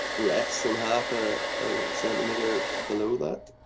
less than half a centimeter below that,